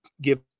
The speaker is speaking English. give